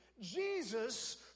Jesus